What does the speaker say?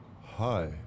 Hi